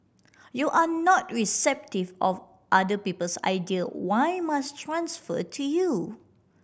you are not receptive of other people's idea why must transfer to you